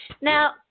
Now